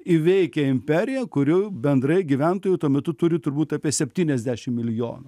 įveikia imperija kurių bendrai gyventojų tuo metu turi turbūt apie septyniasdešim milijonų